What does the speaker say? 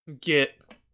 get